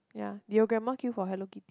ya did your grandma queue for Hello-Kitty